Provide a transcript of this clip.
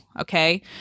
Okay